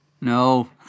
No